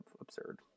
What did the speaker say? absurd